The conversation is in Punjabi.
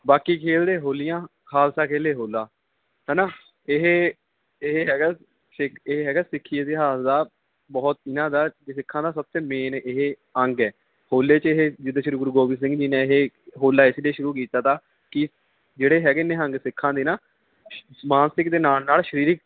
ਬਾਕੀ ਖੇਡਦੇ ਹੋਲੀਆਂ ਖਾਲਸਾ ਖੇਡੇ ਹੋਲਾ ਹਨਾ ਇਹ ਇਹ ਹੈਗਾ ਸਿੱਖ ਇਹ ਹੈਗਾ ਸਿੱਖੀ ਇਤਿਹਾਸ ਦਾ ਬਹੁਤ ਇਹਨਾਂ ਦਾ ਵੀ ਸਿੱਖਾਂ ਦਾ ਸਭ ਸੇ ਮੇਨ ਇਹ ਅੰਗ ਹੈ ਹੋਲੇ 'ਚ ਇਹ ਜਦੋਂ ਸ਼੍ਰੀ ਗੁਰੂ ਗੋਬਿੰਦ ਸਿੰਘ ਜੀ ਨੇ ਇਹ ਹੋਲਾ ਇਸ ਲਈ ਸ਼ੁਰੂ ਕੀਤਾ ਤਾ ਕਿ ਜਿਹੜੇ ਹੈਗੇ ਨਿਹੰਗ ਸਿੱਖਾਂ ਨੇ ਨਾ ਮਾਨਸਿਕ ਦੇ ਨਾਲ ਨਾਲ ਸਰੀਰਕ